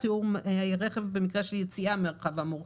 ותיאור רכב במקרה של יציאה מהמרחב האמור.